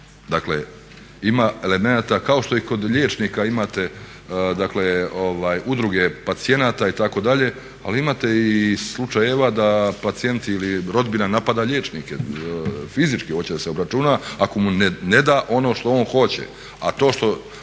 Dakle, ima elemenata kao što i kod liječnika imate udruge pacijenata itd. ali imate i slučajeva da pacijenti ili rodbina napada liječnike, fizički hoće da se obračuna, ako mu ne da ono što on hoće.